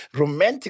romantic